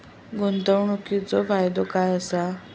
गुंतवणीचो फायदो काय असा?